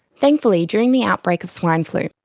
thankfully, during the outbreak of swine flu,